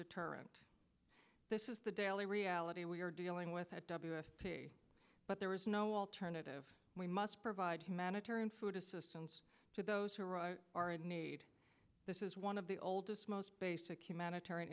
deterrent this is the daily reality we are dealing with but there is no alternative we must provide humanitarian food assistance to those who are in need this is one of the oldest most basic humanitarian